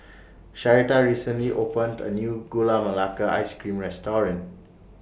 Sharita recently opened A New Gula Melaka Ice Cream Restaurant